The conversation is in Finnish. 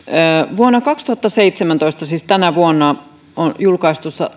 vuonna kaksituhattaseitsemäntoista siis tänä vuonna julkaistussa